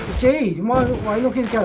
de why will